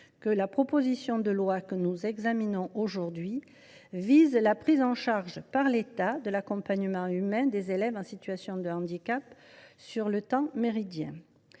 même, la proposition de loi que nous examinons aujourd’hui vise la prise en charge par l’État de l’accompagnement humain des élèves en situation de handicap sur le temps méridien.